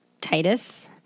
Titus